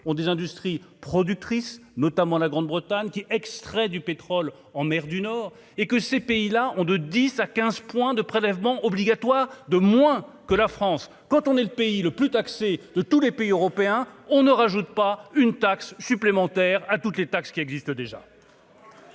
ont des industries productrices notamment la Grande Bretagne qui extraient du pétrole en mer du Nord et que ces pays-là ont de 10 à 15 points de prélèvements obligatoires de moins que la France, quand on est le pays le plus taxé de tous les pays européens, on ne rajoute pas une taxe supplémentaire à toutes les taxes qui existent déjà.